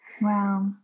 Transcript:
Wow